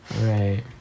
Right